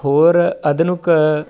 ਹੋਰ ਆਧੁਨਿਕ